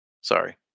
Sorry